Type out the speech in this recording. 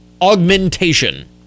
augmentation